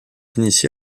initié